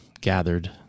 gathered